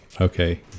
Okay